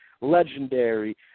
legendary